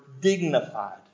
dignified